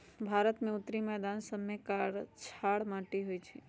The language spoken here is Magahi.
भारत के उत्तरी मैदान सभमें कछार माटि होइ छइ